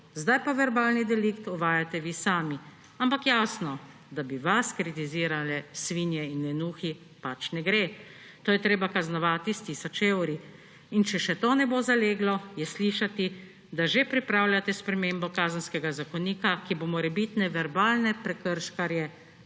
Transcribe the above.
Zdaj pa verbalni delikt uvajate vi sami. Ampak jasno, da bi vas kritizirale svinje in lenuhi, pač ne gre, to je treba kaznovati s tisoč evri. In če še to ne bo zaleglo, je slišati, da že pripravljate spremembo Kazenskega zakonika, ki bo morebitne verbalne prekrškarje